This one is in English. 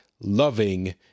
loving